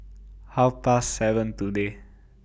Half Past seven today